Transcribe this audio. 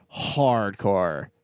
hardcore